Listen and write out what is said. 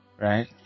Right